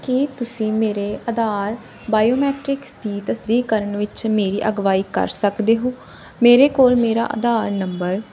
ਕੀ ਤੁਸੀਂ ਮੇਰੇ ਆਧਾਰ ਬਾਇਓਮੈਟਰੀਕਸ ਦੀ ਤਸਦੀਕ ਕਰਨ ਵਿੱਚ ਮੇਰੀ ਅਗਵਾਈ ਕਰ ਸਕਦੇ ਹੋ ਮੇਰੇ ਕੋਲ ਮੇਰਾ ਆਧਾਰ ਨੰਬਰ